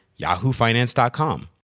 yahoofinance.com